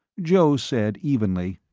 joe said, evenly,